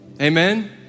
Amen